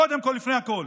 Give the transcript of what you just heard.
קודם כול, לפני הכול.